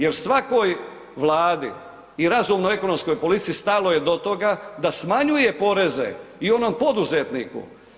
Jel svakoj Vladi i razumnoj ekonomskoj politici stalo je do toga da smanjuje poreze i onom poduzetniku.